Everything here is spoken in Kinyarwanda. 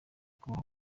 kubaho